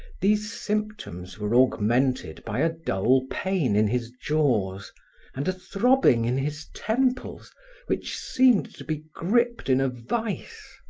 these symptoms were augmented by a dull pain in his jaws and a throbbing in his temples which seemed to be gripped in a vise.